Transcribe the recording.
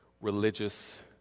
religious